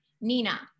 Nina